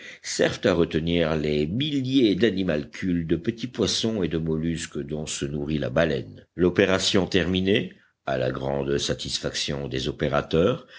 servent à retenir les milliers d'animalcules de petits poissons et de mollusques dont se nourrit la baleine l'opération terminée à la grande satisfaction des opérateurs